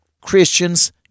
Christians